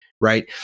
right